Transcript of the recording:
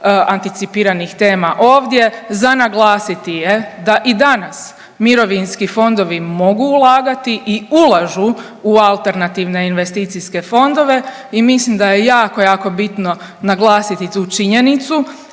anticipiranih tema ovdje, za naglasiti je da i danas mirovinski fondovi mogu ulagati i ulažu u alternativne investicijske fondove i mislim da je jako, jako bitno naglasiti tu činjenicu